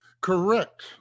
Correct